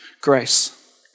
grace